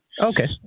Okay